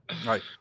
Right